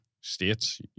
states